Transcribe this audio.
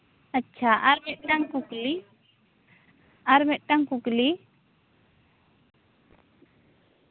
ᱟᱪᱪᱷᱟ ᱟᱨ ᱢᱤᱫᱴᱟᱱ ᱠᱩᱠᱞᱤ ᱟᱨ ᱢᱤᱫᱴᱟᱝ ᱠᱩᱠᱞᱤ